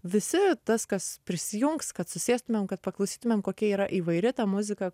visi tas kas prisijungs kad susėstumėm kad paklausytumėm kokia yra įvairi muzika